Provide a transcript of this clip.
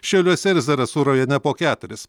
šiauliuose ir zarasų rajone po keturis